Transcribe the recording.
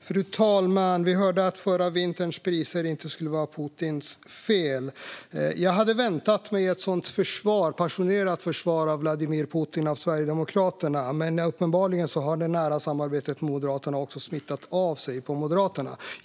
Fru talman! Vi hörde att förra vinterns priser inte skulle vara Putins fel. Jag hade väntat mig ett sådant passionerat försvar av Vladimir Putin från Sverigedemokraterna, men uppenbarligen har det nära samarbetet med dem smittat av sig på Moderaterna.